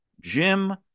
Jim